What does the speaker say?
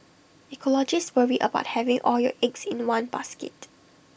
ecologists worry about having all your eggs in one basket